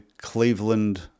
Cleveland